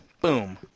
Boom